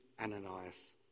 Ananias